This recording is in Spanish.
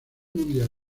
mundial